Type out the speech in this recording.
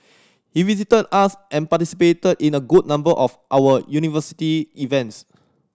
he visited us and participated in a good number of our university events